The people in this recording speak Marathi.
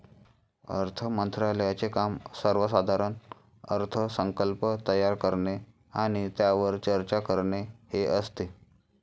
अर्थ मंत्रालयाचे काम सर्वसाधारण अर्थसंकल्प तयार करणे आणि त्यावर चर्चा करणे हे असते